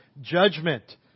judgment